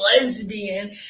lesbian